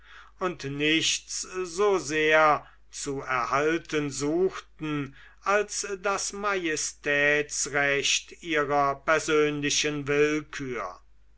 und nichts so sehr zu erhalten suchten als das majestätsrecht ihrer persönlichen willkür